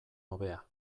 hobea